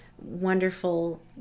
wonderful